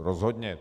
Rozhodně.